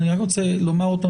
אני רק רוצה לומר עוד פעם,